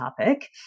topic